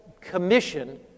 Commission